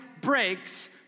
breaks